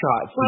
shot